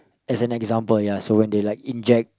as an example ya so when they like inject